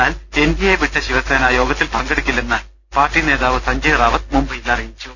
എന്നാൽ എന്ന് D A വിട്ട ശിവസേന യോഗത്തിൽ പങ്കെടുക്കില്ലെന്ന് പാർട്ടി നേതാവ് സഞ്ജയ് റാവത്ത് മുംബൈയിൽ അറിയി ച്ചു